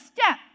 step